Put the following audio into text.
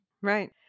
right